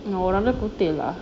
oh orang dia putih lah